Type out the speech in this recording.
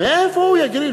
מאיפה הוא יגריל?